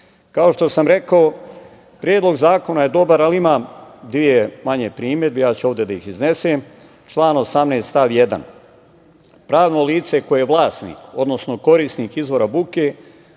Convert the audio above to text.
što sam rekao, predlog zakona je dobar, ali ima dve manje primedbe i ja ću ovde da ih iznesem, član 18. stav 1. Pravno lice koje je vlasnik, odnosno korisnik izvora buke,